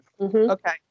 Okay